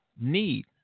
need